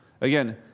Again